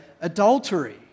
adultery